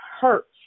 hurts